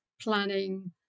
planning